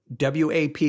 WAP